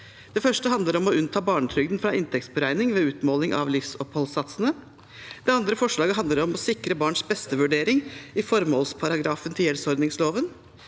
Det første handler om å unnta barnetrygden fra inntektsberegning ved utmåling av livsoppholdssatsene. Det andre forslaget handler om å sikre en barns-beste-vurdering i formålsparagrafen til gjeldsordningsloven.